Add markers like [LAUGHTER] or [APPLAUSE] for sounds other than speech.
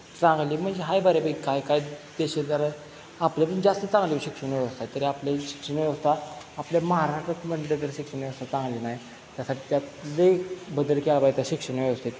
चांगली म्हणजे आहे बऱ्यापैकी काय काय देश आहेत जर आपल्याहून जास्त चांगली हो शिक्षण व्यवस्था आहे तरी आपल्याला शिक्षण व्यवस्था आपल्या महाराष्ट्रात म्हटलं तर शिक्षण व्यवस्था चांगली नाही त्यासाठी त्यातले बदल की [UNINTELLIGIBLE] शिक्षण व्यवस्थित